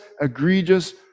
egregious